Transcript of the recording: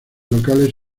locales